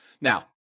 Now